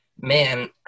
man